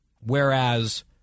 whereas